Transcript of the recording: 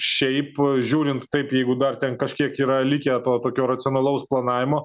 šiaip žiūrint taip jeigu dar ten kažkiek yra likę to tokio racionalaus planavimo